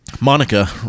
Monica